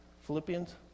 Philippians